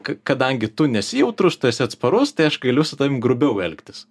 ka kadangi tu nesi jautrus tu esi atsparus tai aš galiu su tavim grubiau elgtis